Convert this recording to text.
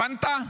הבנת?